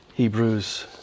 Hebrews